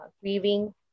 grieving